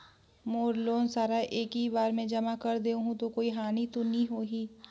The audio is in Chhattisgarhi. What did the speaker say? मोर लोन सारा एकी बार मे जमा कर देहु तो कोई हानि तो नी होही?